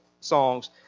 songs